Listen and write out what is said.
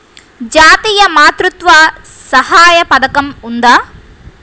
జాతీయ మాతృత్వ సహాయ పథకం ఉందా?